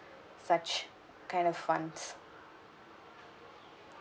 such kind of funds